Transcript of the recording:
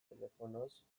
telefonoz